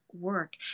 work